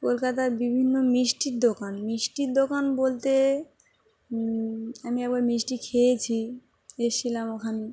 কলকাতার বিভিন্ন মিষ্টির দোকান মিষ্টির দোকান বলতে আমি একবার মিষ্টি খেয়েছি এসেছিলাম ওখানে